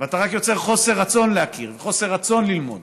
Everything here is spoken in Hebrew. ואתה רק יוצר חוסר רצון להכיר וחוסר רצון ללמוד.